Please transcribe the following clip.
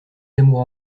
l’amour